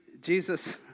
Jesus